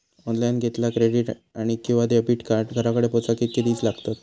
Online घेतला credit card किंवा debit card घराकडे पोचाक कितके दिस लागतत?